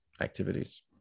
activities